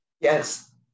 Yes